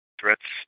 threats